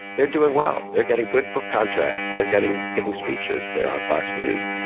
they're doing well. they're getting good book contracts. they're getting giving speeches. they're on fox news.